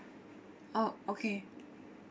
oh okay